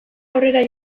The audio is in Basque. aurrera